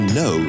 no